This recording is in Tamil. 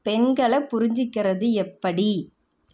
பெண்களை புரிஞ்சுக்கிறது எப்படி